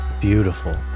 Beautiful